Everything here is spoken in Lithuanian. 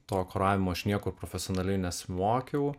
to kuravimo aš niekur profesionaliai nesimokiau